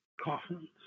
coffins